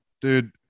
dude